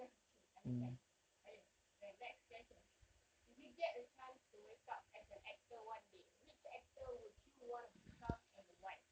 okay understand okay the next question if you get a chance to wake up as an actor one day which actor would you want to become and why